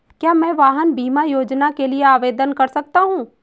क्या मैं वाहन बीमा योजना के लिए आवेदन कर सकता हूँ?